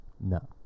no